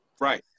Right